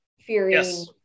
fearing